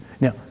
Now